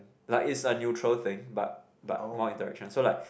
like it's a neutral thing but but more interaction so like